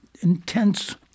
intense